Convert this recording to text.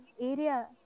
area